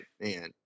man